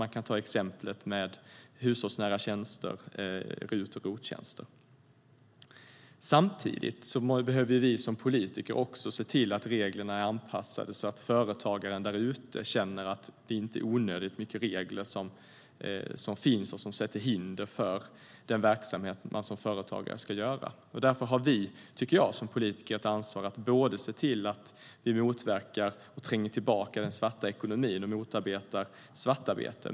Ett annat exempel är hushållsnära tjänster, RUT och ROT-tjänster. Samtidigt behöver vi som politiker se till att reglerna är anpassade så att företagarna känner att det inte är onödigt mycket regler som sätter hinder för den verksamhet som man bedriver. Därför har vi som politiker ett ansvar för att se till att den svarta ekonomin trängs tillbaka och för att motarbeta svartarbete.